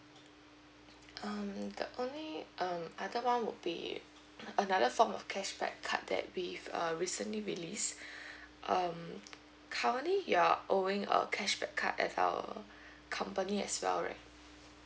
uh the only um other one would be another form of cashback card that we've recently release um currently you are owning a cashback card at our company as well right